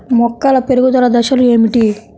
మొక్కల పెరుగుదల దశలు ఏమిటి?